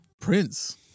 Prince